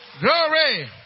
glory